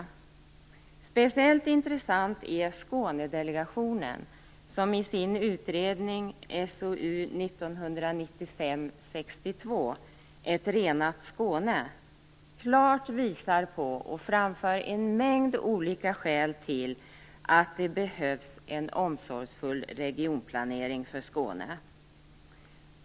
Av speciellt intresse är Skånedelegationen som i sin utredning SOU 1995:62 Ett Renat Skåne klart visar på och framför en mängd olika skäl till att det behövs en omsorgsfull regionplanering för Skåne.